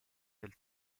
del